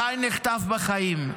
גיא נחטף בחיים,